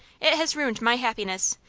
it has ruined my happiness,